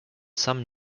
some